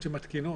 שמתקינות,